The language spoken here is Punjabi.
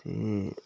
ਅਤੇ